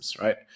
right